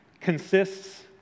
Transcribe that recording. consists